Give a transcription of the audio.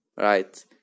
right